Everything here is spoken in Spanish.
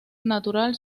natural